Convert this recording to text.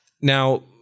Now